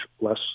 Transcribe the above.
less